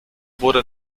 wurde